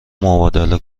مبادله